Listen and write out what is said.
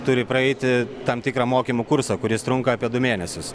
turi praeiti tam tikrą mokymų kursą kuris trunka apie du mėnesius